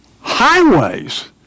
highways